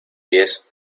pies